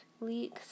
leaks